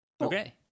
Okay